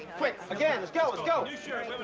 quick, again, let's go, let's go!